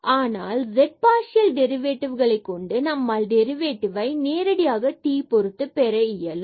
ஆனால் நேரடியாக z partial டெரிவேடிவ்களை கொண்டு நம்மால் டெரிவேட்டிவ் ஐ நேரடியாக t பொறுத்து பெற இயலும்